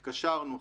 התקשרנו,